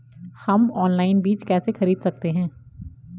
हम ऑनलाइन बीज कैसे खरीद सकते हैं?